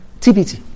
TBT